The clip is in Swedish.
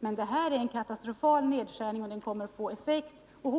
Men den nedskärning det gäller är katastrofal och kommer att få effekter, som slår